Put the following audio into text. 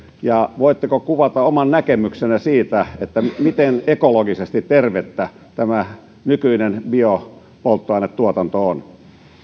ja voitteko kuvata oman näkemyksenne siitä siitä miten ekologisesti tervettä nykyinen biopolttoainetuotanto on